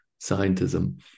scientism